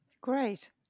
Great